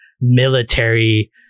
military